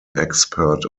expert